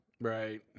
Right